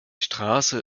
straße